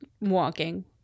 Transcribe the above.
walking